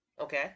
okay